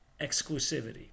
exclusivity